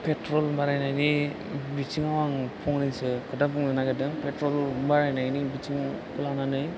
petrol बानायनायनि बिथिङाव आं फंनैसो खोथा बुंनो नागिरदों पेट्रल बानायनायनि बिथिंखौ लानानै